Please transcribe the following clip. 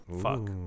Fuck